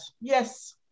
yes